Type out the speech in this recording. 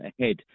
ahead